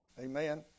Amen